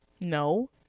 No